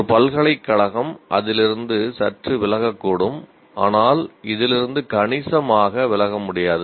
ஒரு பல்கலைக்கழகம் அதிலிருந்து சற்று விலகக்கூடும் ஆனால் இதிலிருந்து கணிசமாக விலக முடியாது